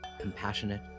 compassionate